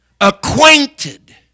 acquainted